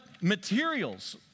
materials